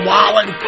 Wallen